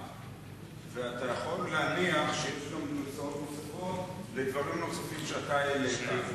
ואתה יכול להניח שיש גם גרסאות נוספות לדברים נוספים שאתה העלית.